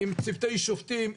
עם צוותי שופטים,